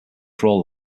crawl